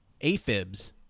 AFibs